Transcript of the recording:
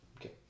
Okay